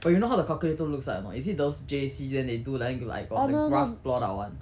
but you know how the calculator looks like or not is it those J_C then they do like to like got the graph plot out [one]